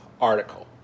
article